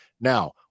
Now